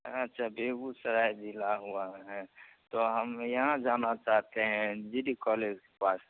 अच्छा बेगूसराय ज़िला हुआ है तो हम यहाँ जाना चाहते हैं जी डी कॉलेज के पास